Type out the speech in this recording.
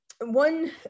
One